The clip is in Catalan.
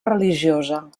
religiosa